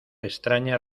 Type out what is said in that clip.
extraña